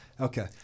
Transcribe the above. Okay